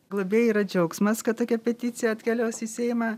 globėjui yra džiaugsmas kad tokia peticija atkeliaus į seimą